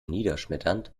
niederschmetternd